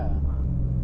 ah